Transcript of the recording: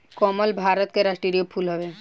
कमल भारत के राष्ट्रीय फूल हवे